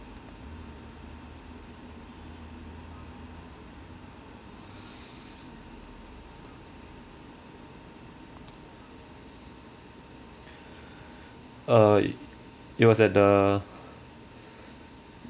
uh it was at the